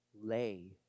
Lay